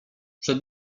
przed